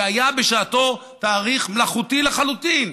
שהיה בשעתו תאריך מלאכותי לחלוטין.